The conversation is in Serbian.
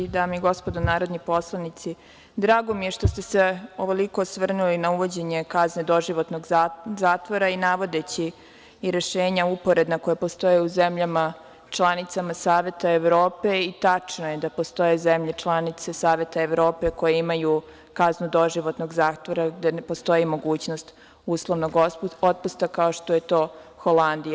Dame i gospodo narodni poslanici, drago mi je što ste se ovoliko osvrnuli na uvođenje kazne doživotnog zatvora i navodeći i rešenje uporedna, koja postoje u zemljama, članicama Saveta Evrope i tačno je da postoje zemlje članice Saveta Evrope koje imaju kaznu doživotnog zatvora, gde ne postoji mogućnost uslovnog otpusta, kao što je to Holandija.